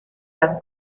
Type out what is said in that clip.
las